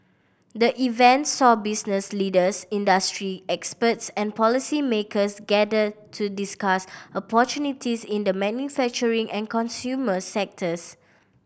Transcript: the event saw business leaders industry experts and policymakers gather to discuss opportunities in the manufacturing and consumer sectors